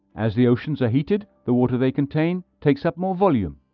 as the ah seas are heated, the water they contain takes up more volume,